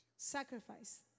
Sacrifice